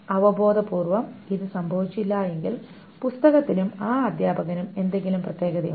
അവബോധപൂർവ്വം ഇത് സംഭവിച്ചില്ലെങ്കിൽ പുസ്തകത്തിനും ആ അധ്യാപകനും എന്തെങ്കിലും പ്രത്യേകതയുണ്ട്